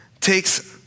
takes